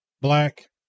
black